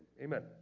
amen